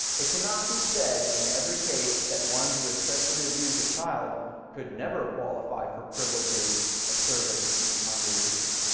it cannot be said in every case that one who has sexually abused a child could never qualify for privileges of service in the congregation.